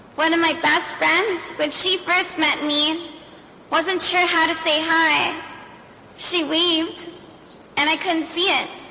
one of my best friends when she first met me wasn't sure how to say hi she waved and i couldn't see it